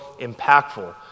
impactful